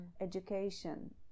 education